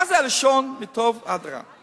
מה זה לשון "מטוב עד רע"?